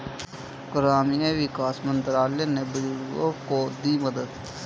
ग्रामीण विकास मंत्रालय ने बुजुर्गों को दी मदद